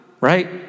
right